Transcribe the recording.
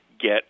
get